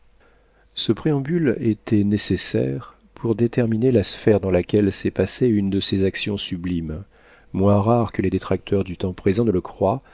ce préambule était nécessaire pour déterminer la sphère dans laquelle s'est passée une de ces actions sublimes moins rares que les détracteurs du temps présent ne le croient